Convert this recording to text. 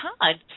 hard